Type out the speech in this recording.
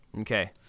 Okay